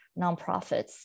nonprofits